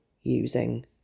using